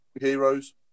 heroes